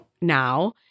now